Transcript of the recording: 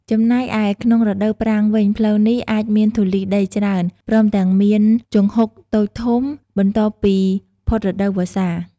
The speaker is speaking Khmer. ចំណែកឯ ក្នុងរដូវប្រាំងវិញ ផ្លូវនេះអាចមានធូលីដីច្រើន ព្រមទាំងមានជង្ហុកតូចធំ បន្ទាប់ពីផុតរដូវវស្សា។